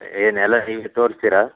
ಏನು ಎಲ್ಲ ನೀವೇ ತೋರ್ಸ್ತೀರಾ